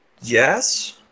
Yes